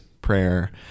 prayer